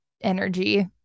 energy